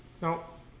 no